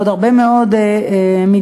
בעוד הרבה מאוד מגזרים,